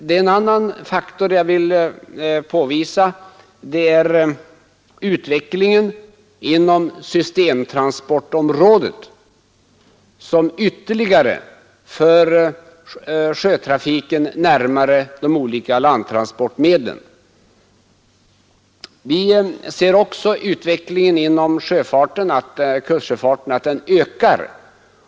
Det är även en annan faktor som jag vill påvisa, nämligen utvecklingen inom systemtransportområdet, som ytterligare för sjötrafiken närmare de olika landtransportmedlen. Vi ser också att kustsjöfarten ökar.